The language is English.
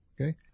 Okay